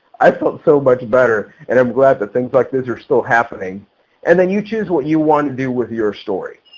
i felt so much better and i'm glad that things like this are still happening and then you choose what you want to do with your story.